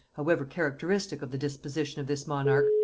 however characteristic of the disposition of this monarch,